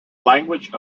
language